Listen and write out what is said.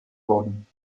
worden